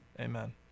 amen